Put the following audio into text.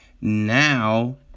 now